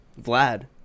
Vlad